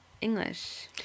English